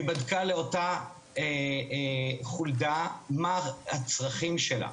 היא בדקה לאותה חולדה מה הצרכים שלה.